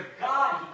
God